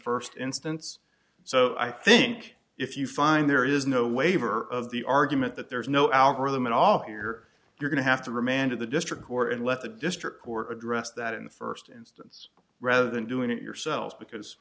first instance so i think if you find there is no waiver of the argument that there is no algorithm at all here you're going to have to remand of the district court and let the district court addressed that in the first instance rather than doing it yourselves because